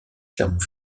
clermont